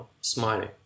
smiling